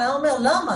הוא היה אומר 'למה,